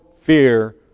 fear